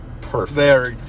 perfect